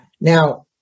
Now